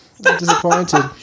Disappointed